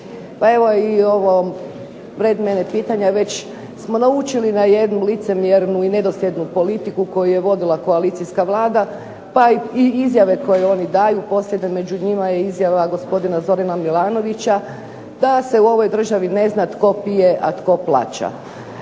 Pa evo i ovo pred mene pitanje je već smo naučili na jednu licemjernu i nedosljednu politiku koju je vodila koalicijska vlada, pa i izjave koje oni daju. Posljednja među njima je izjava gospodina Zorana Milanovića da se u ovoj državi ne zna tko pije, a tko plaća.